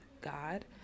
God